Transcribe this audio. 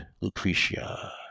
Lucretia